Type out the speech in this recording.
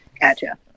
Gotcha